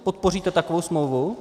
Podpoříte takovou smlouvu?